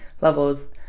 levels